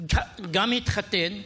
גם התחתן,